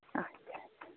اَچھا اَچھا